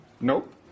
Nope